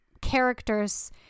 characters